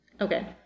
Okay